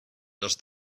does